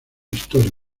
historia